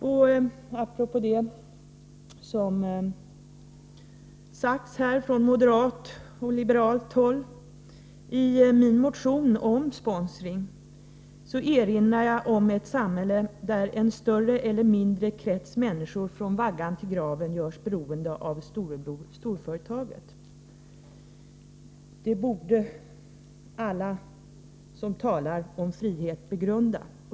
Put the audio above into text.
Och apropå det som sagts här från moderat och liberalt håll vill jag framhållla att jag i min motion om sponsring till årets riksdag erinrar om ett samhälle där en större eller mindre krets människor från vaggan till graven görs beroende av Storebror Storföretaget. Det borde alla som talar om frihet begrunda.